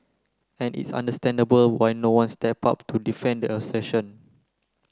and it's understandable why no one stepped up to defend the assertion